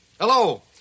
Hello